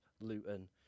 Luton